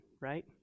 right